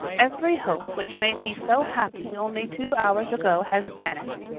every hope which made me so happy only two hours ago has vanished.